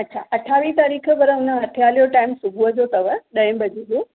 अच्छा अठावीह तारीख़ पर हुन हथियाले जो टाइम सुबुह जो अथव ॾहें बजे जो